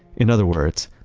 in other words,